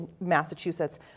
Massachusetts